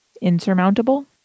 insurmountable